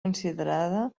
considerada